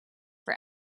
for